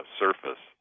surface